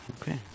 Okay